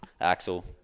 Axel